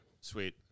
Sweet